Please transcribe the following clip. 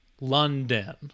London